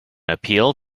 appeal